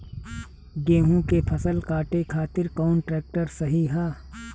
गेहूँ के फसल काटे खातिर कौन ट्रैक्टर सही ह?